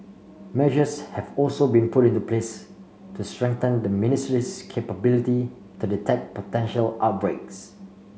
measures have also been put into place to strengthen the ministry's capability to detect potential outbreaks